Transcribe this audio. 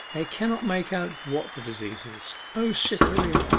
they cannot make out what the disease is. o cytherea!